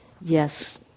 Yes